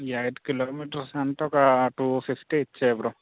eight kilometres అంటే ఒక two sixty ఇచ్చేయి బ్రో